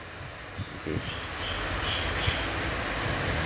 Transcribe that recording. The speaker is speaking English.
okay